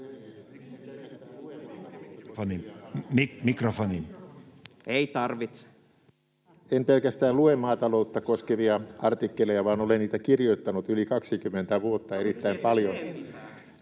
mikrofonin ollessa suljettuna] En pelkästään lue maataloutta koskevia artikkeleita, vaan olen niitä kirjoittanut yli 20 vuotta erittäin paljon.